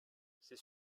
c’est